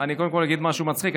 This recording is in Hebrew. קודם כול, אגיד משהו מצחיק.